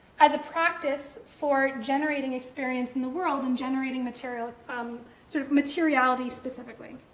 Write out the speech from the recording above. as a practice for generating experience in the world and generating materiality um sort of materiality specifically.